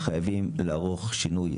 חייבים לערוך שינוי,